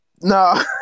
No